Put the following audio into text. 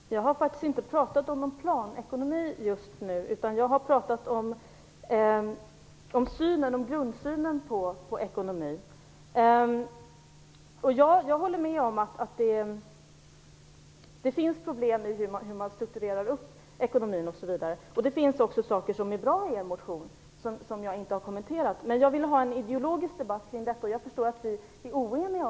Herr talman! Jag har faktiskt inte pratat om någon planekonomi just nu. Jag har pratat om grundsynen på ekonomin. Jag håller med om att det finns problem i hur man strukturerar upp ekonomin. Det finns också saker som är bra i er motion, som jag inte har kommenterat. Men jag vill ha en ideologisk debatt om detta, och jag förstår att vi är oeniga.